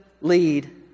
lead